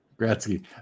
Gretzky